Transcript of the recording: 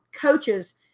coaches